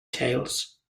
tales